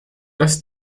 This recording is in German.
dass